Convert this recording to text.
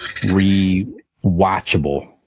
rewatchable